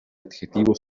adjetivo